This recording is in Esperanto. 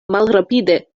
malrapide